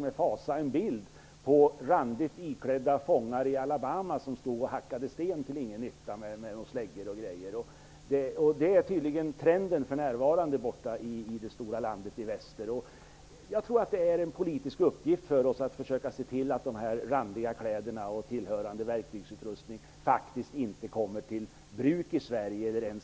med fasa en bild i Dagens Nyheter på randigt iklädda fångar i Alabama som stod och hackade sten till ingen nytta med släggor. Det är tydligen trenden för närvarande borta i det stora landet i väster. Jag tror att det är en politisk uppgift för oss att försöka se till att dessa randiga kläder och tillhörande verktygsutrustning faktiskt inte kommer till bruk i Sverige.